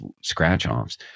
scratch-offs